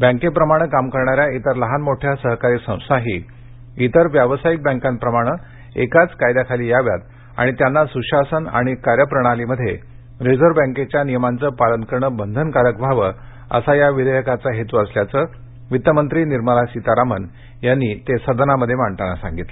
बँकेप्रमाणे काम करणाऱ्या इतर लहानमोठ्या सहकारी संस्थाही इतर व्यावसायिक बँकांप्रमाणे एकाच कायद्याखाली याव्यात आणि त्यांना सुशासन आणि कार्यप्रणालीमध्ये रिझर्व्ह बँकेच्या नियमांचं पालन करणं बंधनकारक व्हावं असा या विधेयकाचा हेतू असल्याचं सीतारामन यांनी ते सदनामध्ये मांडताना सांगितलं